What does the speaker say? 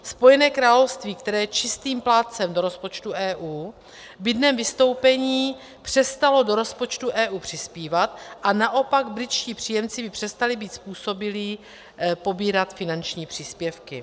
Spojené království, které je čistým plátcem do rozpočtu EU, by dnem vystoupení přestalo do rozpočtu EU přispívat a naopak britští příjemci by přestali být způsobilí pobírat finanční příspěvky.